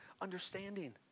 understanding